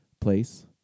place